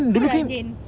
so rajin